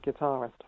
guitarist